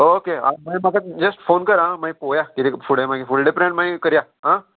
okay हय मागीर म्हाका जस्ट फोन कर आं मागीर पोवया किदें फुडें मागीर फुडले प्लेन मागीर करया आं